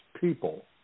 people –